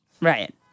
Right